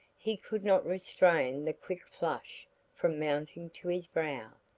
he could not restrain the quick flush from mounting to his brow.